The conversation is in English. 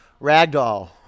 Ragdoll